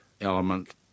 element